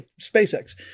SpaceX